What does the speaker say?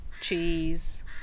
cheese